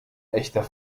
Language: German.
echter